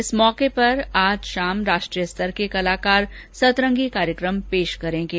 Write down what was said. इस अवसर पर आज शाम राष्ट्रीय स्तर के कलाकार सतरंगी कार्यक्रम पेश करेंगे